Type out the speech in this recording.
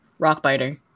Rockbiter